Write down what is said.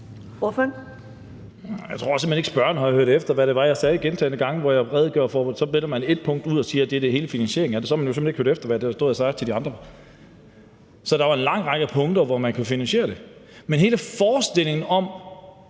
jeg tror simpelt hen ikke, spørgeren har hørt efter, hvad det var, jeg sagde gentagne gange, hvor jeg jo redegjorde for det, og så vælger man ét punkt ud og siger, at det er hele finansieringen. Så har man jo simpelt hen ikke hørt efter, hvad jeg har stået og sagt til de andre. Der er jo en lang række punkter, hvorved man kan finansiere det, men så er der hele forestillingen om,